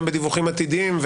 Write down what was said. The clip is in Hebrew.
גם בדיווחים עתידיים,